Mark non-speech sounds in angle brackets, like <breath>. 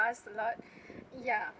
us a lot <breath> ya